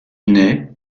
naît